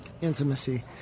Intimacy